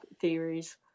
theories